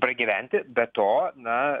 pragyventi be to na